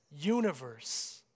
Universe